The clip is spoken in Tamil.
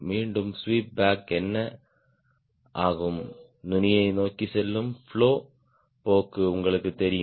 மீண்டும் ஸ்வீப் பேக் என்ன ஆகும் நுனியை நோக்கி செல்லும் பிளோ போக்கு உங்களுக்குத் தெரியும்